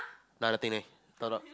now nothing already talk rock